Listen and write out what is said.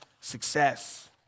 success